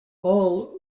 all